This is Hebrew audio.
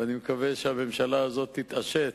ואני מקווה שהממשלה הזאת תתעשת